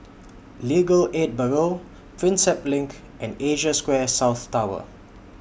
Legal Aid Bureau Prinsep LINK and Asia Square South Tower